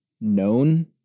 known